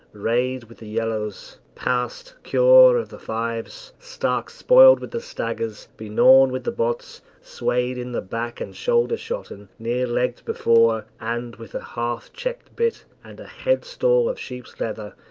rayed with the yellows, past cure of the fives, stark spoiled with the staggers, begnawn with the bots, swayed in the back and shoulder-shotten near-legged before, and with a half-checked bit, and a head-stall of sheep's leather,